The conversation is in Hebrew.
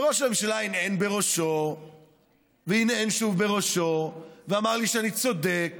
ראש הממשלה הנהן בראשו והנהן שוב בראשו ואמר לי שאני צודק.